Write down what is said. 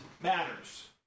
matters